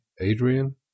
Adrian